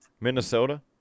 Minnesota